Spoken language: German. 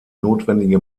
notwendige